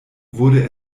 wurde